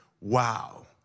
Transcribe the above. Wow